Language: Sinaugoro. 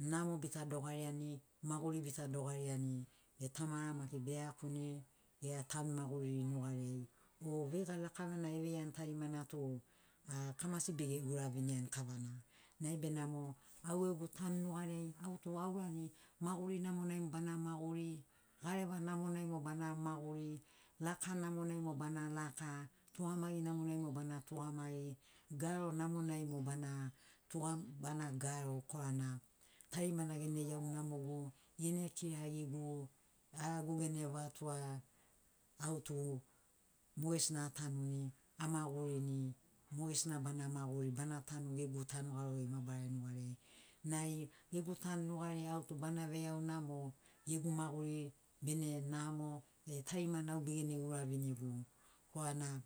Namo bita dogariani maguri bita dogariani e tamara maki beiakuni gera tanu maguriri nugariai o veiga lakavana eveiani tarimana tu a kamasi be uraviniani kavana nai benamo au gegu tanu nugariai au tu aurani maguri namonai mo bana maguri gareva namonai mo bana maguri laka namonai mo bana laka tugamagi namonai mo bana tugamagi garo namonai mo bana tuga bana garo korana tarimana gene iaunamogu gene kirarigu aragu gene vatoa autu mogesina atanuni amagurini mogesina bana maguri bana tanu gegu tanu garori mabarari nugariai nai gegu tanu nugariai autu bana veau namo gegu maguri bene namo be tarimana au bene ura vinigu korana